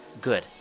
good